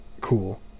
cool